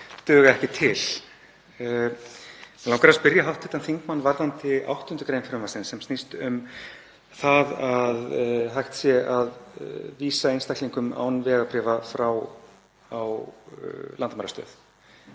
duga ekki til. Mig langar að spyrja hv. þingmann varðandi 8. gr. frumvarpsins sem snýst um það að hægt sé að vísa einstaklingum án vegabréfa frá á landamærastöð,